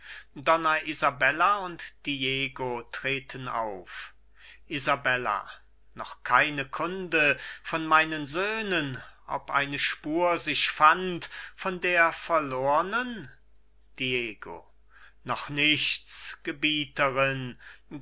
donna isabella und diego treten auf isabella noch keine kunde kam von meinen söhnen ob eine spur sich fand von der verlornen diego noch nichts